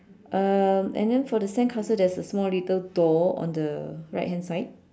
um and then for the sandcastle there is a small little door on the right hand side